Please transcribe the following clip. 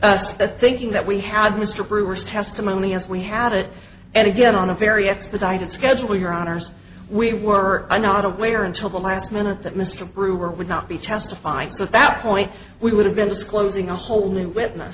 the thinking that we had mr brewer's testimony as we had it and again on a very expedited schedule your honour's we were not aware until the last minute that mr brewer would not be testified so at that point we would have been disclosing a whole new witness